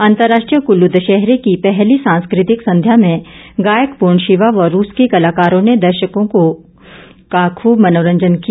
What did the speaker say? अंतर्राष्ट्रीय कुल्लू दशहरे की पहली सांस्कृतिक संध्या में गायक पूर्ण शिवा व रूस के कलाकारों ने दर्शकों को खूब मनोरंजन किया